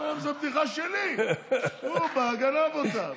אני אומר להם: זו בדיחה שלי, הוא בא, גנב אותה.